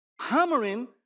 hammering